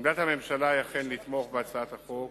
עמדת הממשלה היא אכן לתמוך בהצעת החוק,